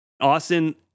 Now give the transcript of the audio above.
Austin